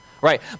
right